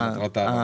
מה המטרה?